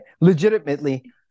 Legitimately